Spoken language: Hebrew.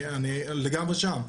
אני לגמרי שם,